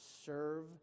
serve